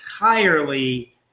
entirely